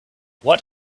what